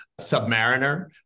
Submariner